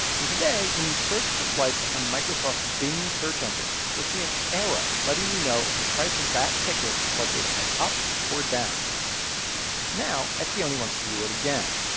and today, when you search for flights on microsoft's bing search engine, you'll see an arrow letting you know you if the price of that ticket is likely to head up or down now etzioni wants to do it again.